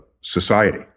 society